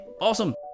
awesome